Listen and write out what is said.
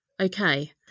Okay